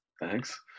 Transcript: thanks